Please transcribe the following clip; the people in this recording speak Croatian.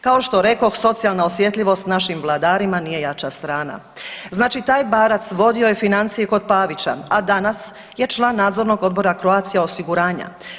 Kao što rekoh socijalna osjetljivost našim vladarima nije jača strana, znači taj Barac vodio je financije kod Pavića, a danas je član Nadzornog odbora Croatia osiguranja.